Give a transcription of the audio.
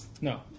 No